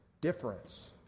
difference